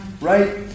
Right